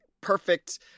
perfect